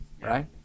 right